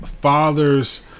father's